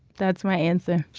that's my answer